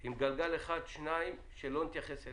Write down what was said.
עם גלגל אחד, שניים, שלא נתייחס אליהם.